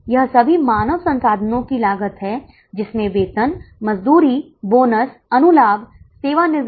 इसलिए उन्हें निर्धारित लागत में शामिल किया जाना है